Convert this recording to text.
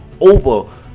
over